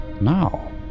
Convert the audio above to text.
now